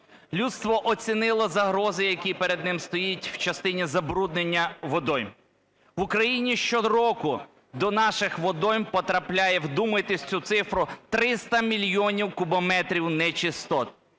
Людство оцінило загрози, які перед ним стоять в частині забруднення водойм. В Україні щороку до наших водойм потрапляє - вдумайтесь в цю цифру - 300 мільйонів кубометрів нечистот.